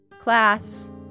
class